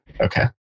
okay